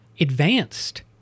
advanced